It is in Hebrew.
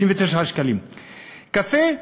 קפה,